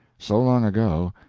so long ago,